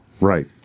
Right